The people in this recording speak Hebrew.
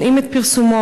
מונעים את פרסומו,